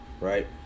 right